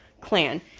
clan